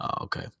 okay